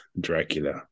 Dracula